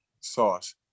Sauce